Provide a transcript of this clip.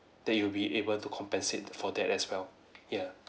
that you will be able to compensate for that as well ya